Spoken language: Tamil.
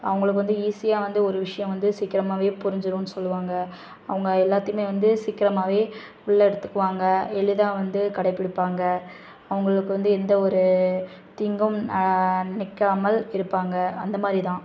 அவங்களுக்கு வந்து ஈஸியாக வந்து ஒரு விஷயம் வந்து சீக்கிரமாகவே புரிஞ்சிரும்னு சொல்லுவாங்கள் அவங்க எல்லாத்தையுமே வந்து சீக்கிரமாகவே உள்ள எடுத்துக்குவாங்கள் எளிதாக வந்து கடைபிடிப்பாங்கள் அவங்களுக்கு வந்து எந்த ஒரு தீங்கும் நினைக்காமல் இருப்பாங்கள் அந்தமாதிரி தான்